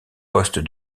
poste